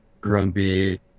grumpy